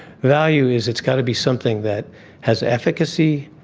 value is it's got to be something that has efficacy,